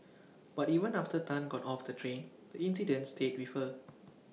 but even after Tan got off the train the incident stayed with her